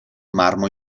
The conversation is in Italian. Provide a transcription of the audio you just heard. marmo